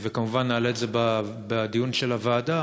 וכמובן נעלה בדיון של הוועדה,